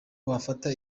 bafata